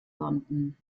sonden